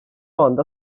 anda